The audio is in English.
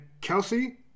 Kelsey